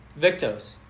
Victos